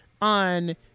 on